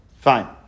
Fine